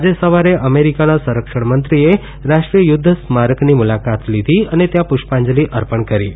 આજે સવારે યુએસ સંરક્ષણ મંત્રીએ રાષ્ટ્રીય યુદ્ધ સ્મારકની મુલાકાત લીધી અને ત્યાં પુષ્પાંજલિ અર્પણ કરી હતી